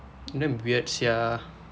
damn weird sia